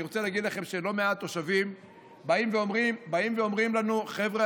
אני רוצה להגיד לכם שלא מעט תושבים באים ואומרים לנו: חבר'ה,